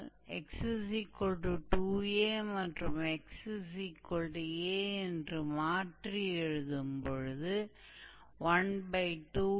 तो इसलिए यह हमें आर्क या आर्क की लंबाई देगा